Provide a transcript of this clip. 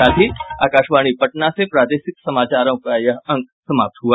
इसके साथ ही आकाशवाणी पटना से प्रसारित प्रादेशिक समाचार का ये अंक समाप्त हुआ